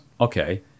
okay